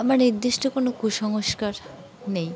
আমার নির্দিষ্ট কোনো কুসংস্কার নেই